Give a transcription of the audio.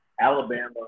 Alabama